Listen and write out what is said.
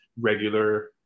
regular